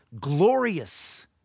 glorious